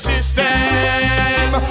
System